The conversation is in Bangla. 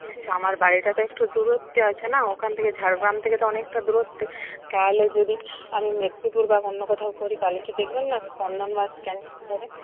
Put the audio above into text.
আচ্ছা আমার বাড়িটা তো একটু দূরত্বে আছে না ওখান থেকে ঝাড়গ্রাম থেকে অনেকটা দূরত্বে তাহলে যদি আমি মেদিনীপুর বা অন্য কোথাও করি তাহলে কি দেখবেন না স্পন্দন